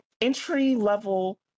entry-level